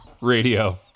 radio